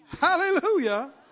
Hallelujah